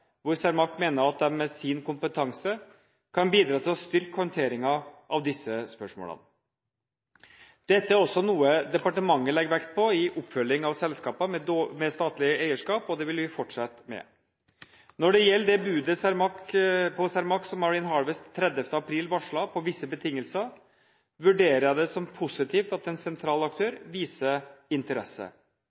hvor Cermaq mener at de med sin kompetanse kan bidra til å styrke håndteringen av disse spørsmålene. Dette er også noe departementet legger vekt på i oppfølging av selskap med statlig eierskap, og det vil vi fortsette med. Når det gjelder det budet på Cermaq som Marine Harvest 30. april varslet på visse betingelser, vurderer jeg det som positivt at en sentral aktør viser interesse.